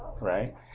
right